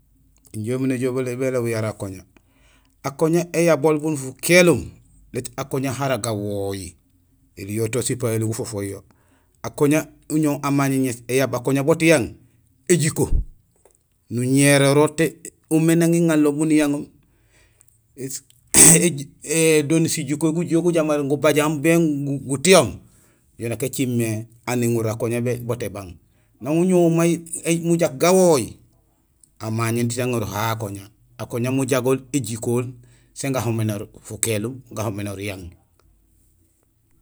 Injé umu néjool béloob yara akoña. Akoña éyabol bun fukélum, léét akoña hara gawooj, éli yo to sipayoli gufofooy yo. Akoña uñoow amañéén éŋéés akoña boot yang; éciko, nuñérorool té umé nang iŋanlool bun niyaŋoom est ce que doon sijikohool gujuhé gujamoor gubajahoom ou bien gutiyoom; yo nak écimé aan éŋorul akoña boot ébang. Nang uñoow may mujaak gawooy, amañéén diit aŋorul ahu akoña. Akoña mujagool éjikohol sén gahoménoor fukélum gahoménoor yang.